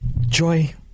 Joy